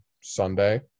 Sunday